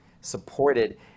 supported